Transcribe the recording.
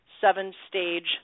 seven-stage